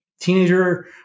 teenager